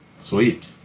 Sweet